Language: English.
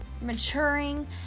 maturing